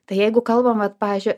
tai jeigu kalbam vat pavyzdžiui